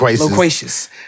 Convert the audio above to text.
Loquacious